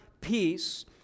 peace